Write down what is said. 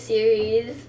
Series